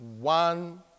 one